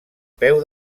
peu